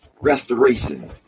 Restoration